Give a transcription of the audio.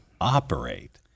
operate